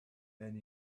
and